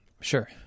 sure